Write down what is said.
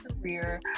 career